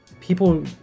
people